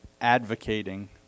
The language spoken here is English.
advocating